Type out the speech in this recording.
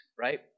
right